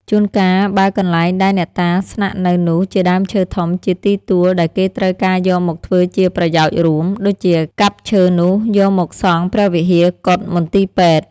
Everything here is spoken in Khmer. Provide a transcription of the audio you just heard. ជួនកាលបើកន្លែងដែលអ្នកតាស្នាក់នៅនោះជាដើមឈើធំ ជាទីទួលដែលគេត្រូវការយកមកធ្វើជាប្រយោជន៍រួម ដូចជាកាប់ឈើនោះយកមកសង់ ព្រះវិហារ កុដិ មន្ទីពេទ្យ។